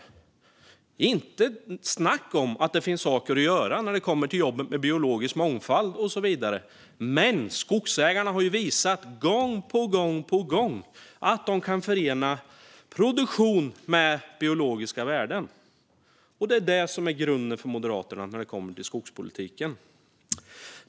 Det är inte snack om att det finns saker att göra i jobbet med biologisk mångfald och så vidare, men skogsägarna har gång på gång visat att de kan förena produktion med biologiska värden. Det är det som är grunden för Moderaterna när det kommer till skogspolitiken.